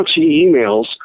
emails